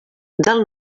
del